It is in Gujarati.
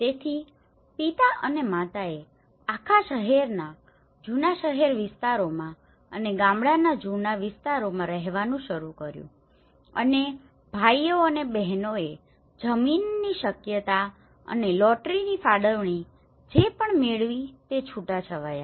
તેથી પિતા અને માતાએ આખા શહેરના જૂના શહેર વિસ્તારોમાં અને ગામડાના જૂના વિસ્તારોમાં રહેવાનું શરૂ કર્યું અને ભાઈઓ અને બહેનોએ જમીનની શક્યતા અને લોટરીની ફાળવણી જે પણ મેળવી તે છૂટાછવાયા